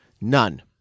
None